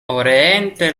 oriente